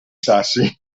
sassi